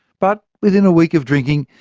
but within a week of drinking,